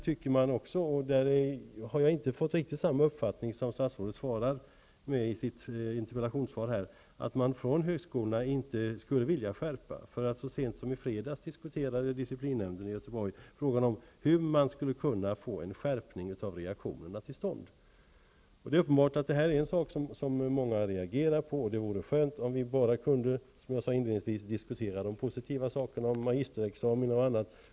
Jag har inte riktigt samma uppfattning som statsrådet uppgav i sitt interpellationssvar, nämligen att högskolorna inte vill införa några skärpande åtgärder. Så sent som i fredags diskuterade disciplinnämnden i Göteborg frågan om hur en skärpning av åtgärderna skall komma till stånd. Det här är uppenbarligen en fråga som många reagerar på. Det vore skönt om vi kunde diskutera enbart de positiva sakerna som t.ex. magisterexamina.